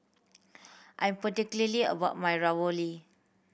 I'm particularly about my Ravioli